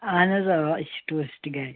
اہن حظ آ أسۍ چھِ ٹیٛوٗرِسٹہٕ گایِڈ